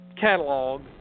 catalog